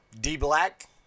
D-black